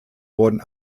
wurden